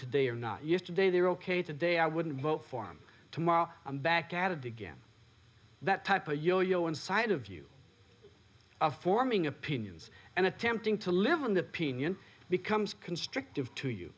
today or not yesterday they're ok today i wouldn't vote for him tomorrow i'm back at it again that type a yoyo inside of you of forming opinions and attempting to live in the pion becomes constrictive to you